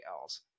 else